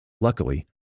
Luckily